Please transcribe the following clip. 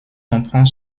comprend